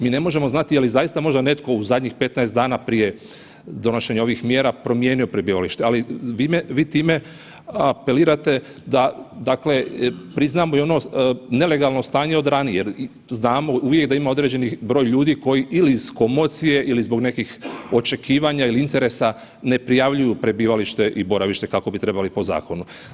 Mi ne možemo znati jeli zaista možda netko u zadnjih 15 dana prije donošenja ovih mjera promijenio prebivalište, ali vi time apelirate da priznamo i ono nelegalno stanje od ranije jer znamo da ima uvijek određeni broj ljudi koji ili iz komocije ili iz nekih očekivanja ili interesa ne prijavljuju prebivalište i boravište kako bi trebali po zakonu.